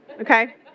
Okay